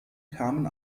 kamen